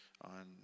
on